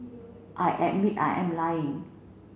I admit I am lying